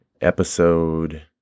Episode